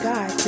God